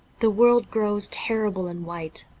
the world grows terrible and white.